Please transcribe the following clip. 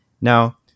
Now